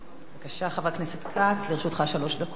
בבקשה, חבר הכנסת כץ, לרשותך שלוש דקות.